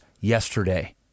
yesterday